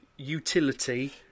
utility